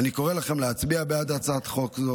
אני קורא לכם להצביע בעד הצעת חוק זו,